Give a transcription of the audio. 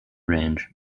range